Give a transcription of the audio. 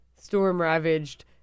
storm-ravaged